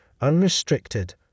unrestricted